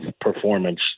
performance